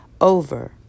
over